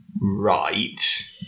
Right